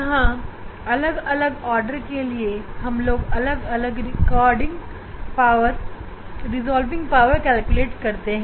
यहां अलग अलग ऑर्डर के लिए हम लोग अलग अलग रिकॉर्डिंग पावर की गणना करते हैं